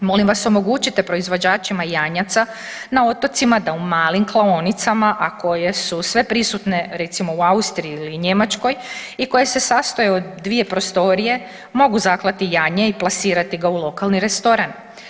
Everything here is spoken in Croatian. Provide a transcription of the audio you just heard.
Molim vas omogućite proizvođačima janjaca na otocima da u malim klaonicama, a koje su sveprisutne recimo u Austriji ili Njemačkoj i koje se sastoje od dvije prostorije mogu zaklati janje i plasirati ga u lokalni restoran.